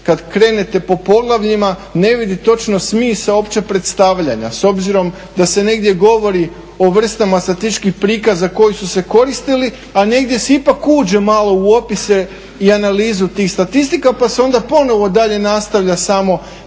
kad krenete po poglavljima ne vidi točno smisao opće predstavljanja s obzirom da se negdje govorio o vrstama statističkih prikaza koji su se koristili, a negdje se ipak uđe malo u opise i analizu tih statistika pa se onda ponovno dalje nastavlja samo